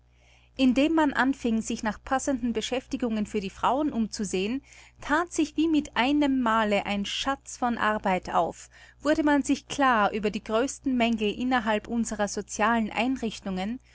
indem man anfing sich nach passenden beschäftigungen für die frauen umzusehen that sich wie mit einemmale ein schatz von arbeit auf wurde man sich klar über die größten mängel innerhalb unserer socialen einrichtungen